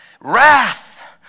Wrath